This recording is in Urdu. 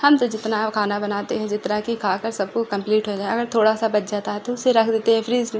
ہم تو جتنا کھانا بناتے ہیں جتنا کہ کھا کر سب کو کمپلیٹ ہو جائے اگر تھوڑا سا بچ جاتا ہے تو اسے رکھ دیتے ہیں فریج میں